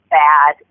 bad